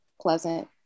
pleasant